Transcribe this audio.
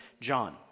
John